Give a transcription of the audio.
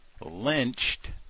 lynched